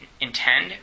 Intend